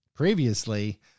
Previously